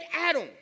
Adam